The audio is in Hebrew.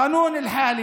החוק הנוכחי